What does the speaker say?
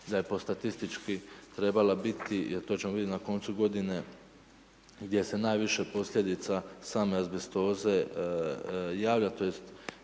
da je po statistički trebala biti, a to ćemo vidjeti na koncu godinu gdje se najviše posljedica same azbestoze javlja